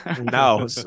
no